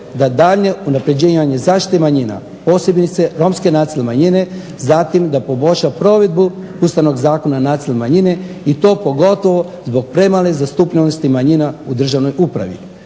da daljnje unapređivanje zaštite manjina posebice romske nacionalne manjine zatim da poboljša provedbu Ustavnog zakona o nacionalnim manjinama i to pogotovo zbog premale zastupljenosti manjina u državnoj upravi,